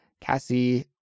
Cassie